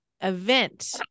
event